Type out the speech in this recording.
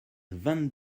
vingt